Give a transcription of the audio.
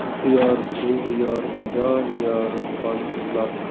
ਇੱਕ ਹਜ਼ਾਰ ਦੋ ਹਜ਼ਾਰ ਪੰਜਾਹ ਹਜ਼ਾਰ ਪੰਜ ਲੱਖ